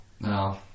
No